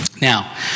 Now